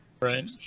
right